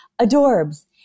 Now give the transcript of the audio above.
adorbs